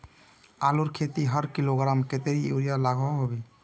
आलूर खेतीत हर किलोग्राम कतेरी यूरिया लागोहो होबे?